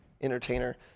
entertainer